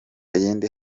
iyindi